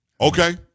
okay